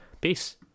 Peace